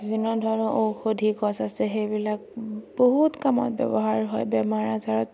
বিভিন্ন ধৰণৰ ঔষধি গছ আছে সেইবিলাক বহুত কামত ব্যৱহাৰ হয় বেমাৰ আজাৰ